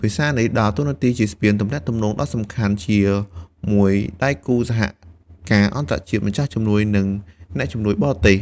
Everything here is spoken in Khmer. ភាសានេះដើរតួនាទីជាស្ពាន ទំនាក់ទំនងដ៏សំខាន់ជាមួយដៃគូសហការអន្តរជាតិ ម្ចាស់ជំនួយ និងអ្នកជំនាញបរទេស។